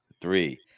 three